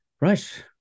right